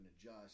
adjust